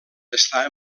està